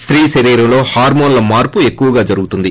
స్త్రీ శరీరంలో హార్మోన్ల మార్సు ఎక్కువగా జరుగుతుంది